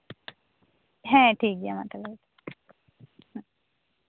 ᱦᱮᱸ ᱴᱷᱤᱠᱜᱮᱭᱟ ᱢᱟ ᱛᱚᱵᱮ